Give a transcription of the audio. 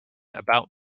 about